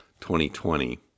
2020